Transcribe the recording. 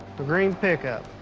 a green pickup.